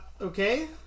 Okay